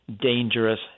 dangerous